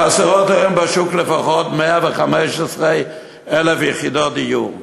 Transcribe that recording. חסרות היום בשוק לפחות 115,000 יחידות דיור.